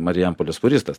marijampolės fūristas